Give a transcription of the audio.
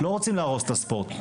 לא רוצים להרוס את הספורט,